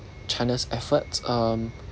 china's efforts um